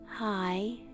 Hi